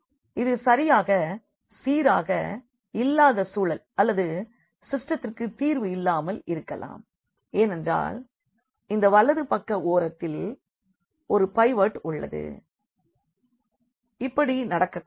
இது சரியாக சீராக இல்லாத சூழல் அல்லது சிஸ்டெத்திற்கு தீர்வு இல்லாமல் இருக்கலாம் ஏனென்றால்இந்த வலது பக்க ஓரத்தில் ஒரு பைவோட் உள்ளது இப்படி நடக்க கூடாது